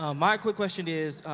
ah my quick question is,